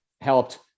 helped